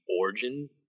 origin